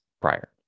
prior